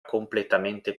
completamente